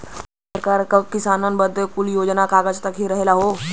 सरकार क किसानन बदे कुल योजना बस कागज तक ही रहल हौ